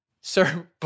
sir